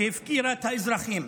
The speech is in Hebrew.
שהפקירה את האזרחים.